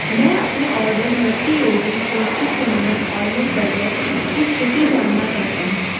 मैं अपने order Nutty Yogi crunchy cinnamon almond butter की स्थिति जानना चाहता हूँ